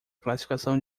classificação